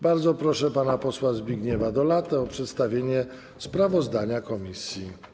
Bardzo proszę pana posła Zbigniewa Dolatę o przedstawienie sprawozdania komisji.